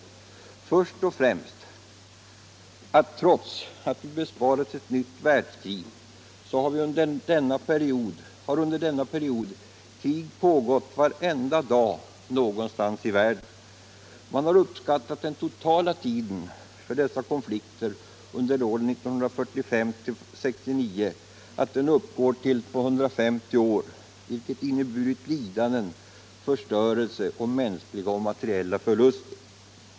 Först och främst att trots att vi besparats ett nytt världskrig så har under denna period krig pågått varenda dag någonstans i världen. Man har uppskattat att den totala tiden för dessa konflikter under åren 1945-1969 uppgår till mer än 250 år, vilka inneburit lidanden, förstörelse och mänskliga och materiella förluster.